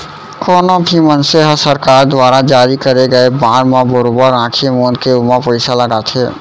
कोनो भी मनसे ह सरकार दुवारा जारी करे गए बांड म बरोबर आंखी मूंद के ओमा पइसा लगाथे